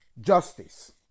justice